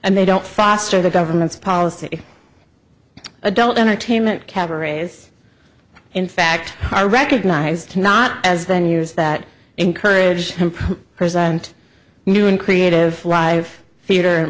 and they don't foster the government's policy adult entertainment cabarets in fact are recognized not as the news that encourage present new and creative life theat